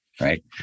right